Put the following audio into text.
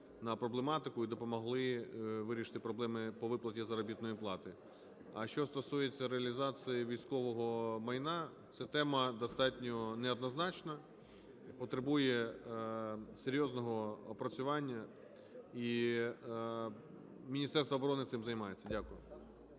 на проблематику і допомогли вирішити проблеми по виплаті заробітної плати. А що стосується реалізації військового майна, ця тема достатньо неоднозначна, потребує серйозного опрацювання, і Міністерство оборони цим займається. Дякую.